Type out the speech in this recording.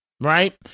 Right